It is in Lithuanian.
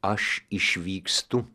aš išvykstu